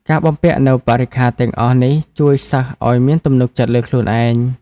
ការបំពាក់នូវបរិក្ខារទាំងអស់នេះជួយសិស្សឱ្យមានទំនុកចិត្តលើខ្លួនឯង។